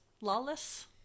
Lawless